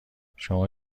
شما